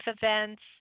events